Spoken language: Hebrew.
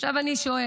עכשיו, אני שואלת: